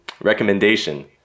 recommendation